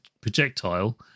projectile